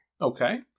Okay